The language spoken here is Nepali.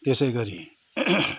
त्यसै गरी